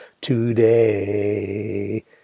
today